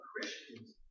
Christians